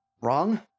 wrong